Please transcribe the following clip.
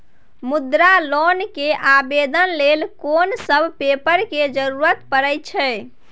मुद्रा लोन के आवेदन लेल कोन सब पेपर के जरूरत परै छै?